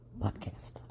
podcast